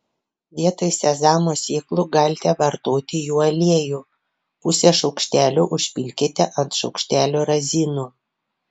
vietoj sezamo sėklų galite vartoti jų aliejų pusę šaukštelio užpilkite ant šaukštelio razinų